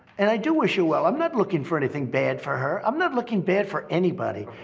and i do wish you well, i'm not looking for anything bad for her. i'm not looking bad for anybody.